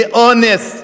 מאונס.